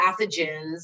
pathogens